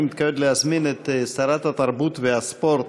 אני מבקש להזמין את שרת התרבות והספורט,